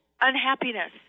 unhappiness